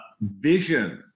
vision